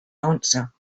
answer